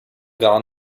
gar